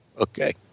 Okay